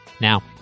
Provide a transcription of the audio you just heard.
Now